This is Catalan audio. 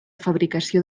fabricació